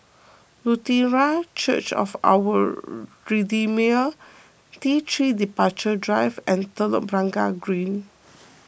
Lutheran Church of Our Redeemer T three Departure Drive and Telok Blangah Green